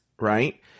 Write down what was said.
right